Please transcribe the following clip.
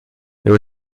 there